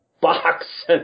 box